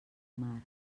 mar